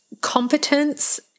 Competence